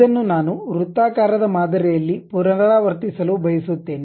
ಇದನ್ನು ನಾನು ವೃತ್ತಾಕಾರದ ಮಾದರಿಯಲ್ಲಿ ಪುನರಾವರ್ತಿಸಲು ಬಯಸುತ್ತೇನೆ